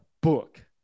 book